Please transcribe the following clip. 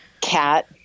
Cat